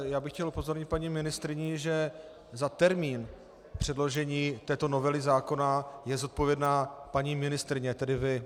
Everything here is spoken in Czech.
Já bych chtěl upozornit paní ministryni, že za termín předložení této novely zákona je zodpovědná paní ministryně, tedy vy.